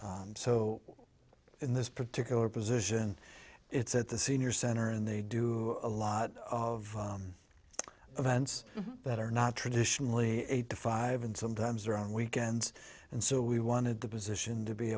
they so in this particular position it's at the senior center and they do a lot of events that are not traditionally eight to five and sometimes they're on weekends and so we wanted the position to be